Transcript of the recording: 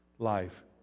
life